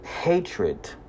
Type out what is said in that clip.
hatred